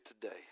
today